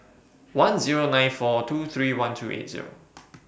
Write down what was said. one Zero nine four two three one three Zero